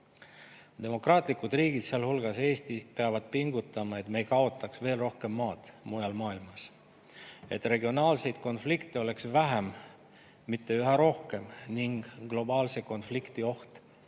Demokraatlikud riigid, sealhulgas Eesti, peavad pingutama, et me ei kaotaks veel rohkem maad mujal maailmas, et regionaalseid konflikte oleks vähem, mitte üha rohkem ning et globaalse konflikti oht